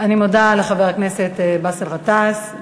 אני מודה לחבר הכנסת באסל גטאס.